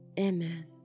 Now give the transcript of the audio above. Amen